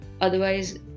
otherwise